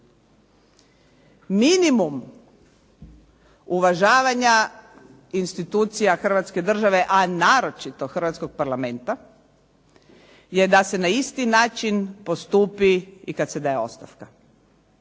Minimum uvažavanja institucija Hrvatske države, a naročito hrvatskog Parlamenta je da se na isti način postupi i kada se daje ostavka.